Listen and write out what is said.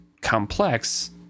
complex